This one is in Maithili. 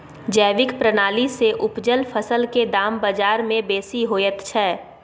जैविक प्रणाली से उपजल फसल के दाम बाजार में बेसी होयत छै?